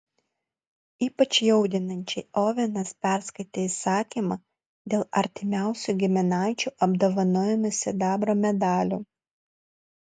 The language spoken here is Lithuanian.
ypač jaudinančiai ovenas perskaitė įsakymą dėl artimiausių giminaičių apdovanojimo sidabro medaliu